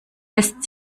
lässt